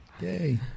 Yay